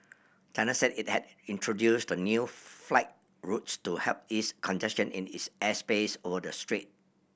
China said it had introduced the new flight routes to help ease congestion in its airspace over the strait